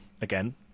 again